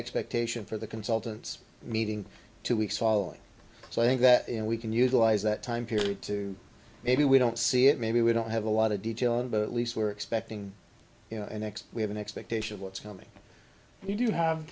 expectation for the consultants meeting two weeks following so i think that we can utilize that time period to maybe we don't see it maybe we don't have a lot of detail and at least we're expecting you know next we have an expectation of what's coming you do have